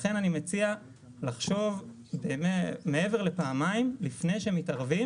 לכן, אני מציע לחשוב מעבר לפעמיים לפני שמתערבים.